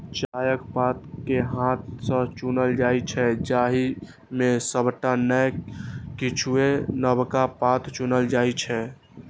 चायक पात कें हाथ सं चुनल जाइ छै, जाहि मे सबटा नै किछुए नवका पात चुनल जाइ छै